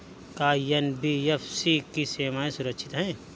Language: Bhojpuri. का एन.बी.एफ.सी की सेवायें सुरक्षित है?